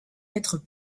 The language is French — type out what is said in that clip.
être